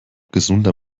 gesunder